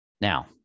Now